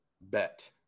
bet